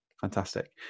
Fantastic